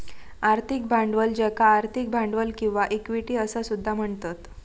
आर्थिक भांडवल ज्याका आर्थिक भांडवल किंवा इक्विटी असा सुद्धा म्हणतत